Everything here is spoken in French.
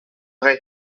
vrai